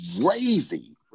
Crazy